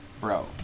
Bro